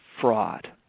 fraud